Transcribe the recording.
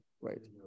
right